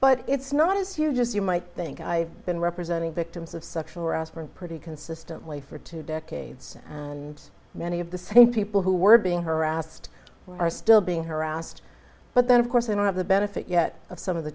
but it's not as you just you might think i've been representing victims of sexual harassment pretty consistently for two decades and many of the same people who were being harassed are still being harassed but then of course women have the benefit yet of some of the